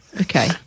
Okay